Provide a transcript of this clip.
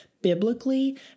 biblically